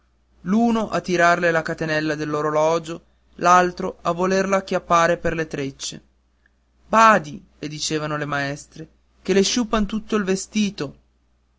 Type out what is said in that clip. l'uno a tirarle la catenella dell'orologio l'altro a volerla acchiappare per le trecce badi dicevano le maestre che le sciupan tutto il vestito